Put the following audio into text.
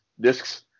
Discs